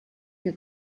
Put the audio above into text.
che